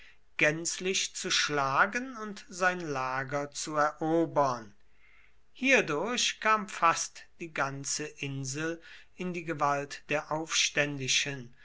gänzlich zu schlagen und sein lager zu erobern hierdurch kam fast die ganze insel in die gewalt der aufständischen